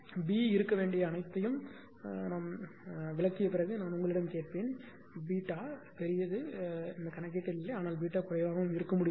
B இருக்க வேண்டிய அனைத்தையும் விளக்கிய பிறகு நான் உங்களிடம் கேட்பேன் பெரியது பிரச்சனை இல்லை ஆனால் குறைவாக இருக்க முடியாது